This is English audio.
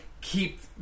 keep